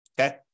Okay